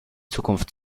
zukunft